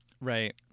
Right